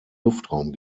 luftraum